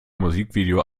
musikvideo